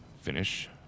finish